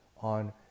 on